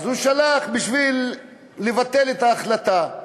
אז הוא שלח בשביל לבטל את ההחלטה.